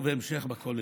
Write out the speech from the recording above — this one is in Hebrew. ובהמשך בכוללים.